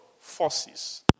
forces